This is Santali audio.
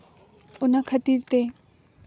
ᱚᱱᱟ ᱠᱷᱟᱹᱛᱤᱨ ᱛᱮ